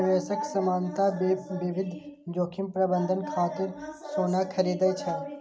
निवेशक सामान्यतः विविध जोखिम प्रबंधन खातिर सोना खरीदै छै